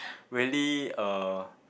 really a